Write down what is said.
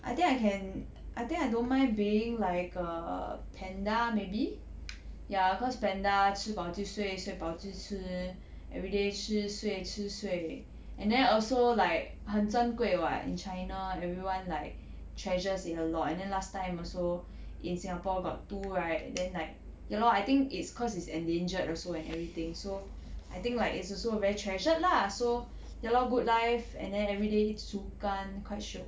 I think I can I think I don't mind being like a panda maybe ya cause panda 吃饱就睡睡饱就吃 everyday 吃睡吃睡 and then also like 很珍贵 [what] in china everyone like treasures it a lot and then last time also in singapore got two right then like ya lor I think it's cause it's endangered also and everything so I think like it's also very treasured lah so ya lor good life and then everyday eat 竹竿 quite shiok